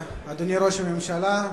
אדוני ראש הממשלה,